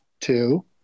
two